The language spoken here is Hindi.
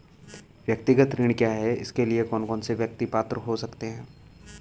व्यक्तिगत ऋण क्या है इसके लिए कौन कौन व्यक्ति पात्र हो सकते हैं?